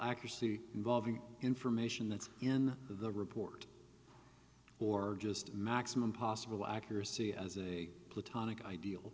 accuracy involving information that's in the report or just maximum possible accuracy as a platonic ideal